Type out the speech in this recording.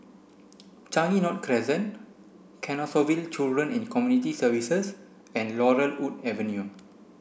Changi North Crescent Canossaville Children and Community Services and Laurel Wood Avenue